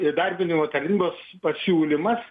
įdarbinimo tarnybos pasiūlymas